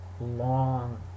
long